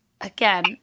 again